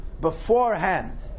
beforehand